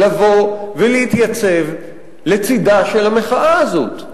לבוא ולהתייצב לצדה של המחאה הזאת.